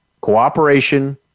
cooperation